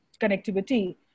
connectivity